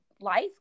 life